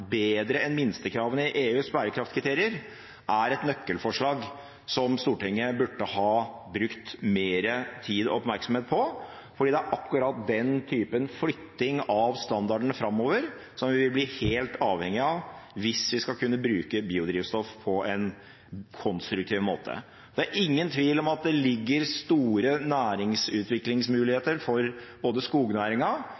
et nøkkelforslag som Stortinget burde ha brukt mer tid og oppmerksomhet på, for det er akkurat den typen flytting av standarden framover som vi vil bli helt avhengig av hvis vi skal kunne bruke biodrivstoff på en konstruktiv måte. Det er ingen tvil om at det ligger store